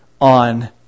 on